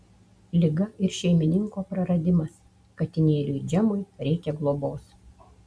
liga ir šeimininko praradimas katinėliui džemui reikia globos